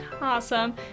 Awesome